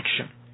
action